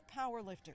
powerlifter